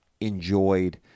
enjoyed